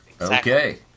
Okay